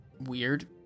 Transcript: weird